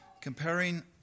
Comparing